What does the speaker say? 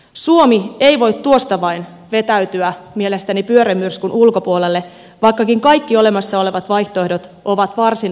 suomi ei voi tuosta vain vetäytyä mielestäni pyörremyrskyn ulkopuolelle vaikkakin kaikki olemassa olevat vaihtoehdot ovat varsin vaikeita